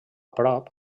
prop